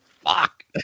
fuck